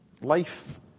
Life